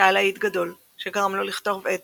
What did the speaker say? שהיה להיט גדול, שגרם לו לכתוב את